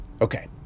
Okay